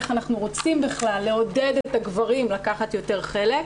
איך אנחנו רוצים בכלל לעודד את הגברים לקחת יותר חלק?